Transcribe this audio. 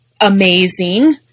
amazing